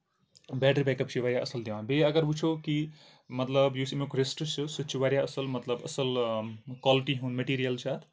battery backup چھُ یہِ واریاہ اَصٕل دِوان بیٚیہِ اَگر وٕچھو کہِ مطلب یُس اَمیُک رِسٹ چھُ سُہ تہِ چھُ واریاہ اَصٕل مطلب اَصٕل کالٹی ہُنٛد میٹیٖریل چھُ اَتھ